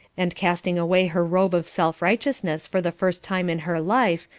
and casting away her robe of self-righteousness for the first time in her life,